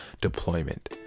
deployment